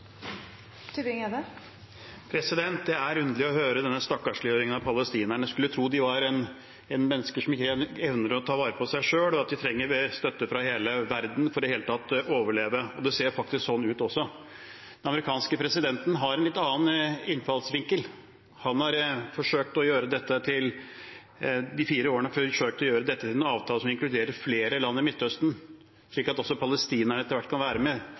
Det er underlig å høre denne stakkarsliggjøringen av palestinerne. Man skulle tro de var mennesker som ikke evnet å ta vare på seg selv, og at de trenger støtte fra hele verden for i det hele tatt å overleve – og det ser faktisk slik ut også. Den amerikanske presidenten har en litt annen innfallsvinkel. Han har i de fire årene forsøkt å gjøre dette til en avtale som inkluderer flere land i Midtøsten, slik at også palestinerne etter hvert kan være med.